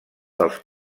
dels